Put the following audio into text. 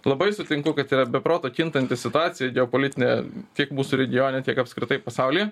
labai sutinku kad yra be proto kintanti situacija geopolitinė tiek mūsų regione tiek apskritai pasaulyje